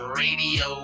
radio